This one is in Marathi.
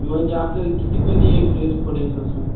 किंवा जे आपल्याला कितीमध्ये एक ड्रेस पडेल असं